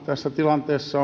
tässä tilanteessa